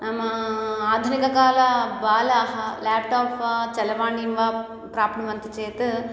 नाम आधुनिककाल बालाः ल्याप्टाप् वा चलवाणीं वा प्राप्नुवन्ति चेत्